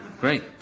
great